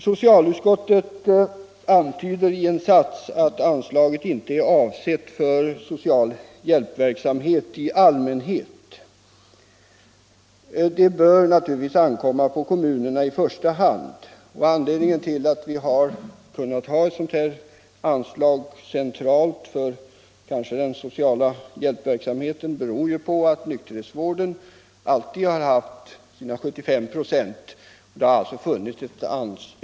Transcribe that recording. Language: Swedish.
Socialutskottet antyder i en passus att anslaget inte är avsett för social hjälpverksamhet i allmänhet. Ansvaret för den verksamheten bör naturligtvis i första hand ankomma på kommunerna. Anledningen till att vi har haft en central fördelning beträffande ett sådant här anslag för den sociala hjälpverksamheten är att nykterhetsvården alltid har fått sina 75 96 av anslaget.